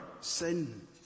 sin